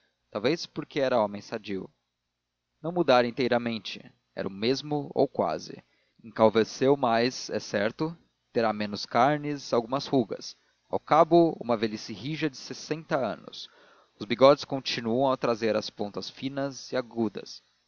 talvez porque era homem sadio não mudara inteiramente era o mesmo ou quase encalveceu mais é certo terá menos carnes algumas rugas ao cabo uma velhice rija de sessenta anos os bigodes continuam a trazer as pontas finas e agudas